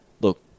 Look